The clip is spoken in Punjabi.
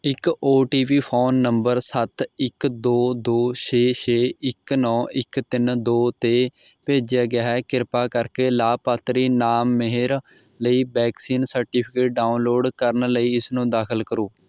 ਇੱਕ O T P phone number ਸੱਤ ਇੱਕ ਦੋ ਦੋ ਛੇ ਛੇ ਇੱਕ ਨੌ ਇੱਕ ਤਿੰਨ ਦੋ 'ਤੇ ਭੇਜਿਆ ਗਿਆ ਹੈ ਕਿਰਪਾ ਕਰਕੇ ਲਾਭਪਾਤਰੀ ਨਾਮ ਮੇਹਰ ਲਈ ਵੈਕਸੀਨ ਸਰਟੀਫਿਕੇਟ ਡਾਊਨਲੋਡ ਕਰਨ ਲਈ ਇਸਨੂੰ ਦਾਖਲ ਕਰੋ